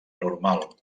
normal